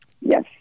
Yes